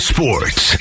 Sports